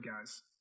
guys